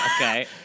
Okay